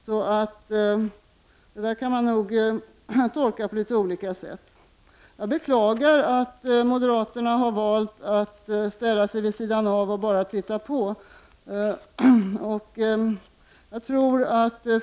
Så den här saken kan man nog tolka på litet olika sätt. Jag beklagar att moderaterna har valt att ställa sig vid sidan om och bara titta på.